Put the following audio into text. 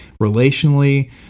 relationally